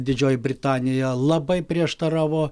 didžioji britanija labai prieštaravo